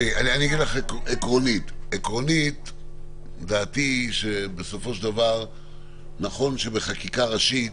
אגיד לך עקרונית, בסופו של דבר נכון שבחקיקה ראשית